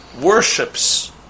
worships